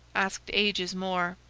asked ages more.